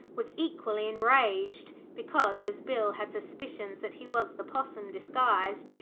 was equally enraged because, as bill had suspicions that he was the possum disguised,